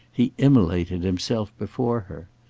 he immolated himself before her.